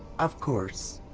of course!